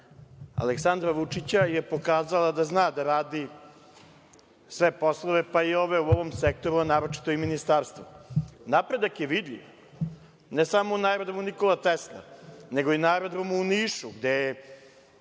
Aleksandra Vučića je pokazala da zna da radi sve poslove, pa i ove u ovom sektoru, a naročito i ministarstvo. Napredak je vidljiv, ne samo na aerodromu „Nikola Tesla“, nego i aerodrom u Nišu, gde